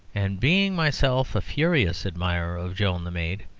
and being myself a furious admirer of joan the maid,